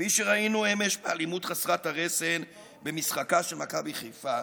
כפי שראינו אמש באלימות חסרת הרסן במשחקה של מכבי חיפה.